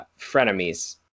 frenemies